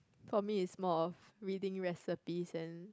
for me is more of reading recipes and